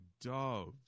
doves